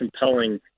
compelling